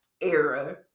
era